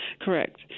Correct